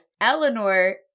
Eleanor